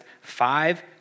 five